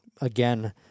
again